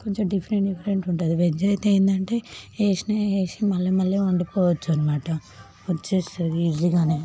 కొంచెం different different ఉంటుంది veg అయితే ఏంటంటే వేసినవే వేసి మళ్ళీ మళ్ళీ వండుకోవచ్చనమాట వచ్చేస్తుంది ఈజీగానే